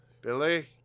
Billy